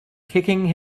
kicking